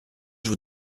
vous